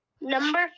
Number